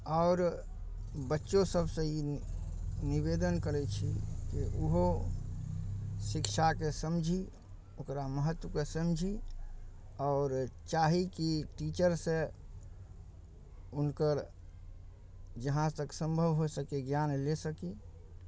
आओर बच्चोसबसँ ई निवेदन करै छी कि ओहो शिक्षाके समझि ओकरा महत्वके समझि आओर चाही कि टीचरसँ हुनकर जहाँ तक सम्भव हो सकै ज्ञान लऽ सकी